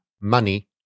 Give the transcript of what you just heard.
money